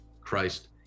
Christ